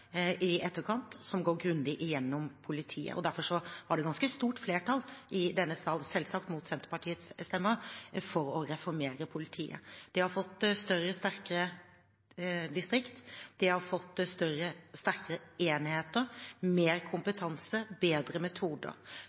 i etterkant som går grundig gjennom politiet. Derfor var det et ganske stort flertall i denne sal, selvsagt mot Senterpartiets stemmer, for å reformere politiet. De har fått større og sterkere distrikt, de har fått større og sterkere enheter, og de har fått mer kompetanse og bedre metoder.